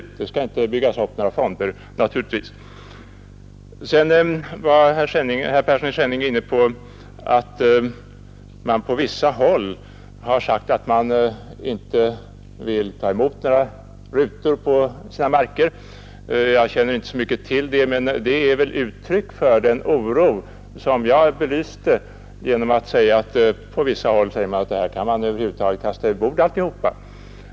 Det skall naturligtvis inte byggas upp några fonder. Vidare var herr Persson i Skänninge inne på att man på vissa håll har sagt att man inte vill ställa till förfogande några rutor på sina marker. Jag känner inte till så mycket om det, men det är väl uttryck för den oro som jag belyste genom att nämna att man på vissa håll säger att allt det här kan man över huvud taget kasta över bord.